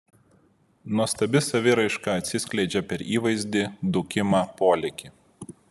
nuostabi saviraiška atsiskleidžia per įvaizdį dūkimą polėkį